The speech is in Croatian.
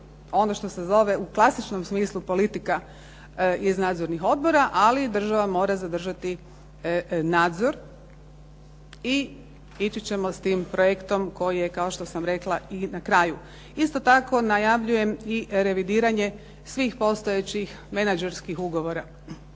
ono što se zove u klasičnom smislu politika iz nadzornih odbora, ali država mora zadržati nadzor i ići ćemo s tim projektom koji je kao što sam rekla i na kraju. Isto tako najavljujem i revidiranje svih postojećih menadžerskih ugovora.